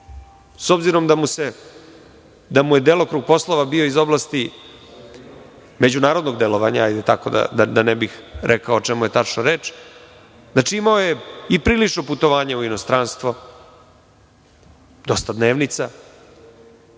S obzirom da mu je delokrug poslova bio iz oblasti međunarodnog delovanja, da ne bih rekao o čemu je tačno reč, imao je i putovanja u inostranstvo, dosta dnevnica